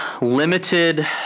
limited